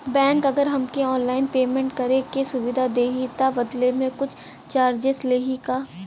Bank अगर हमके online payment करे के सुविधा देही त बदले में कुछ चार्जेस लेही का?